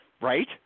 Right